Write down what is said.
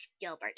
Gilbert